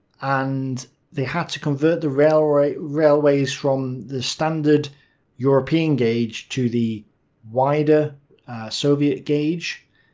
and they had to convert the railways railways from the standard european gauge to the wider soviet gauge,